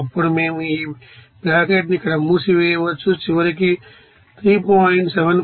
అప్పుడు మేము ఈ బ్రాకెట్ను ఇక్కడ మూసివేయవచ్చు చివరకు 3